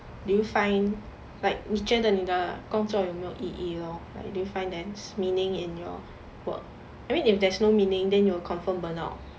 do you find like 你觉得你的工作有没有意义 lor like do you find there is meaning in your work I mean if there's no meaning then you will confirm burn out